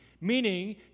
Meaning